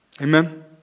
Amen